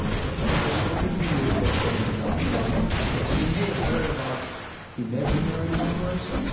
so i can give you ah an example ok so you may have heard about imaginary numbers.